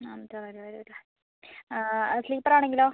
നാനൂറ്റി അറുപത് രൂപ വരും അല്ലേ സ്ലീപ്പർ ആണെങ്കിലോ